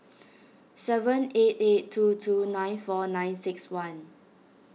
seven eight eight two two nine four nine six one